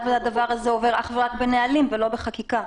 שהדבר הזה עובר אך ורק בנהלים ולא בחקיקה.